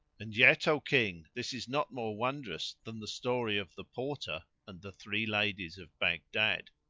and yet, o king! this is not more wondrous than the story of the porter and the three ladies of baghdad.